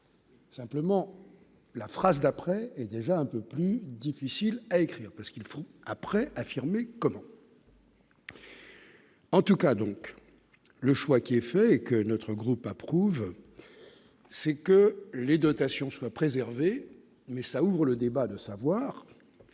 Simplement, la phrase d'après est déjà un peu plus difficile à écrire, parce qu'ils font après affirmer comment. En tout cas, donc le choix qui est fait et que notre groupe approuve, c'est que les dotations soient préservés mais ça ouvre le débat de savoir